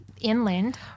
Inland